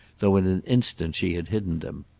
though in an instant she had hidden them.